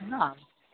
না